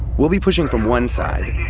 we'll be pushing from one side.